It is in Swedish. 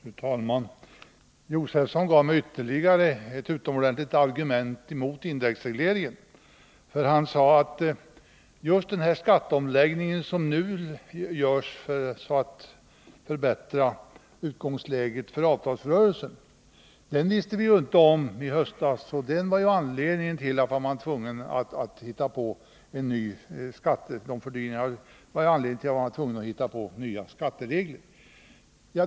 Fru talman! Stig Josefson gav mig ytterligare ett utmärkt argument mot indexregleringen. Han sade att vi i höstas inte visste om den skatteomläggning som nu görs för att förbättra utgångsläget för avtalsrörelsen och att fördyringarna var anledningen till att regeringen tvingats hitta på nya skatteregler.